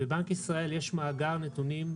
בבנק ישראל יש מאגר נתונים,